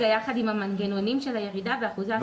רגע, יחד עם המנגנונים של ירידה באחוזי אבטלה?